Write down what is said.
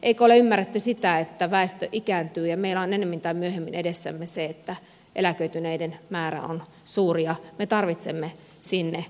eikö ole ymmärretty sitä että väestö ikääntyy ja meillä on ennemmin tai myöhemmin edessämme se että eläköityneiden määrä on suuri ja me tarvitsemme sinne resursseja